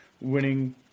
winning